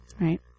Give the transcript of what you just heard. Right